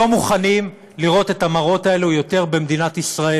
לא מוכנים לראות את המראות האלה יותר במדינת ישראל,